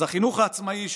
אז בחינוך העצמאי,